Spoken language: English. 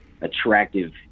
attractive